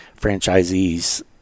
franchisees